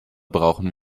brauchen